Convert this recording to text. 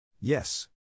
Yes